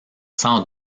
sans